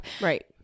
right